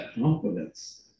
confidence